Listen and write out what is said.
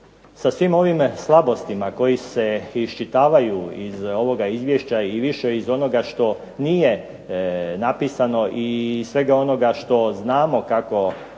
Sa svim ovim slabostima koji se iščitavaju iz ovoga izvješća i više iz onoga što nije napisano i svega onoga što znamo kako stvari